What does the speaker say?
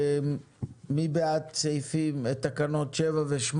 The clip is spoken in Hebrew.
מי בעד סעיפים, תקנות 7 ו-8?